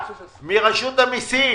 מרשות המיסים